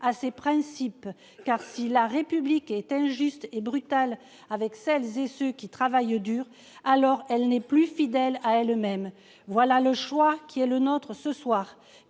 à ses principes. Car si la République est injuste et brutale avec celles et ceux qui travaillent dur, alors elle n'est plus fidèle à elle même. Voilà le choix qui est le nôtre ce soir